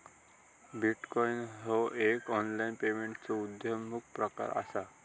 bitcoin ह्यो एक online पेमेंटचो उद्योन्मुख प्रकार असा